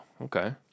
okay